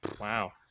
Wow